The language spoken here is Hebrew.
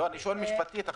אני שואל עכשיו משפטית.